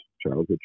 childhood